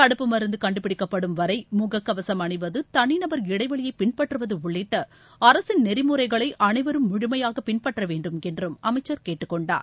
தடுப்பு மருந்து கண்டுபிடிக்கப்படும் வரை முகக்கவசம் அணிவது தனிநபர் இடைவெளியை பின்பற்றுவது உள்ளிட்ட அரசின் நெறிமுறைகளை அனைவரும் முழுமையாக பின்பற்றவேண்டும் என்றும் அனமச்சர் கேட்டுக்கொண்டார்